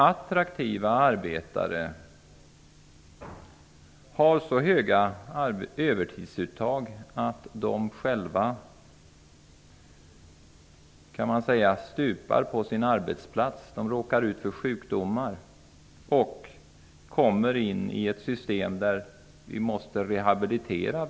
Attraktiva arbetare har så höga övertidsuttag att de själva så att säga stupar på sin arbetsplats. De råkar ut för sjukdomar och kommer in i ett system där vederbörande behöver rehabiliteras.